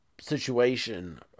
situation